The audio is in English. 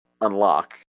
unlock